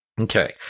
Okay